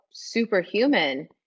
superhuman